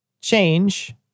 change